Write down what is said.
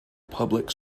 public